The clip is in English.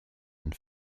and